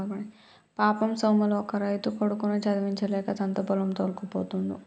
పాపం సోములు బక్క రైతు కొడుకుని చదివించలేక తనతో పొలం తోల్కపోతుండు